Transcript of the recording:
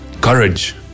Courage